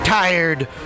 tired